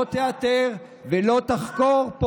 לא תאתר ולא תחקור, שקרן, שקרן.